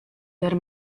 that